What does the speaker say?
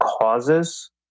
causes